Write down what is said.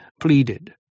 pleaded